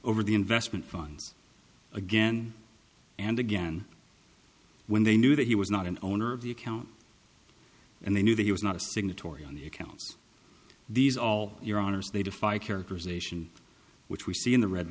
over the investment funds again and again when they knew that he was not an owner of the account and they knew that he was not a signatory on the accounts these all your honors they defy characterization which we see in the red